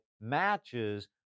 matches